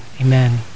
Amen